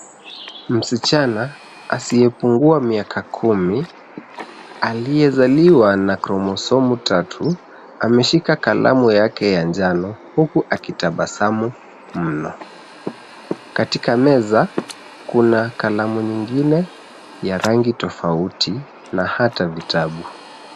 Msichana asiyepungua miaka kumi aliyezaliwa na kromosomu tatu ameshika kalamu yake ya njano huku akitabasamu mno. Katika meza kuna kalamu nyingine ya rangi tofauti na hata vitabu.